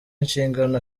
inshingano